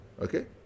Okay